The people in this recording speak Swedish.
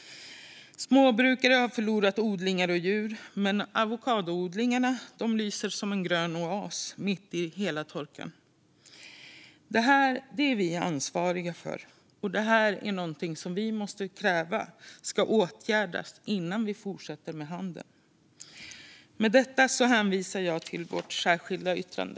Småbrukare har förlorat odlingar och djur, men avokadoodlingarna lyser som gröna oaser mitt i torkan. Detta är vi ansvariga för, och vi måste kräva att detta åtgärdas innan vi fortsätter med handeln. Med detta hänvisar jag till vårt särskilda yttrande.